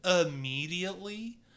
immediately